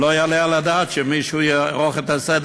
ולא יעלה על הדעת שמישהו יערוך את הסדר